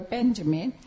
Benjamin